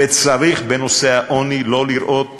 וצריך בנושא העוני לא לראות